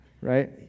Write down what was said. right